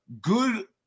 good